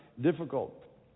difficult